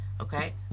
Okay